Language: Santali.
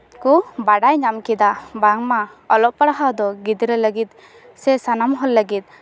ᱠᱚ ᱵᱟᱲᱟᱭ ᱧᱟᱢ ᱠᱮᱫᱟ ᱵᱟᱝᱢᱟ ᱚᱞᱚᱜ ᱯᱟᱲᱦᱟᱣ ᱫᱚ ᱜᱤᱫᱽᱨᱟᱹ ᱞᱟᱹᱜᱤᱫ ᱥᱮ ᱥᱟᱱᱟᱢ ᱦᱚᱲ ᱞᱟᱹᱜᱤᱫ